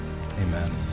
amen